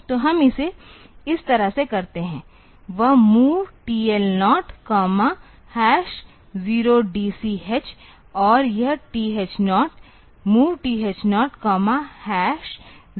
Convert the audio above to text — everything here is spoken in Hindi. तो हम इसे इस तरह से करते हैं वह MOV TL0 0DCH और यह TH0 MOV TH0 0BH